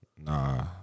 Nah